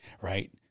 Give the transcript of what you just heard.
right